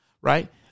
right